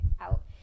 out